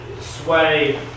sway